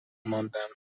ماندم